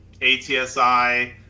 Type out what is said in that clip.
ATSI